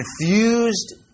infused